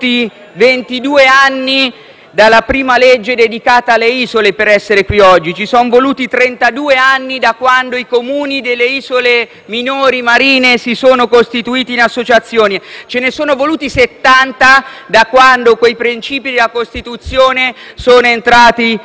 dalla prima legge dedicata alle isole per essere qui oggi, ci sono voluti trentadue anni da quando i Comuni delle isole minori marine si sono costituiti in associazione, ce ne sono voluti settanta da quando i principi della Costituzione sono entrati in vigore: ebbene, oggi